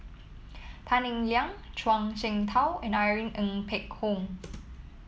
Tan Eng Liang Zhuang Shengtao and Irene Ng Phek Hoong